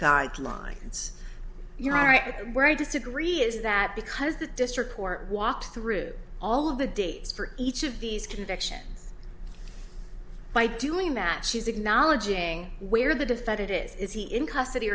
guidelines you're right where i disagree is that because the district court walked through all of the dates for each of these convictions by doing that she's acknowledging where they defended it is he in custody